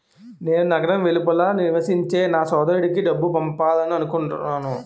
నేను నగరం వెలుపల నివసించే నా సోదరుడికి డబ్బు పంపాలనుకుంటున్నాను